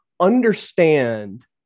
understand